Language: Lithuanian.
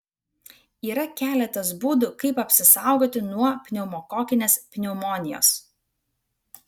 yra keletas būdų kaip apsisaugoti nuo pneumokokinės pneumonijos